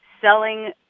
selling